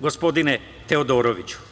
gospodine Teodoroviću.